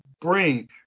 bring